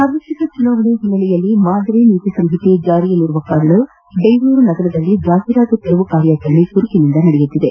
ಸಾರ್ವತ್ರಿಕ ಚುನಾವಣೆ ಹಿನ್ನೆಲೆಯಲ್ಲಿ ಮಾದರಿ ನೀತಿ ಸಂಹಿತೆ ಜಾರಿಯಲ್ಲಿರುವುದರಿಂದ ಬೆಂಗಳೂರಿನಲ್ಲಿ ಜಾಹಿರಾತು ತೆರವು ಕಾರ್ಯಾಚರಣೆ ಚುರುಕಿನಿಂದ ಸಾಗಿದೆ